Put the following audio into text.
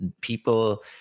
People